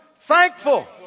thankful